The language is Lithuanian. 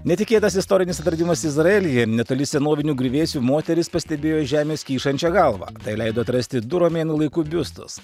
netikėtas istorinis atradimas izraelyje netoli senovinių griuvėsių moteris pastebėjo žemės kyšančią galvą tai leido atrasti du romėnų laikų biustus